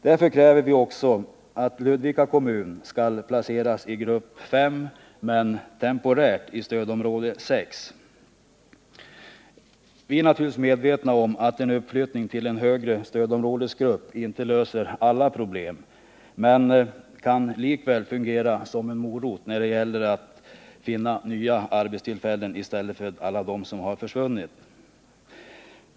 Därför kräver vi också att Ludvika kommun skall placeras i grupp 5 men temporärt i stödområde 6. Vi är naturligtvis medvetna om att en uppflyttning till en högre stödområdesgrupp inte löser alla problem, men en uppflyttning kan likväl fungera som en morot när det gäller att finna nya arbetstillfällen i stället för alla dem som har försvunnit.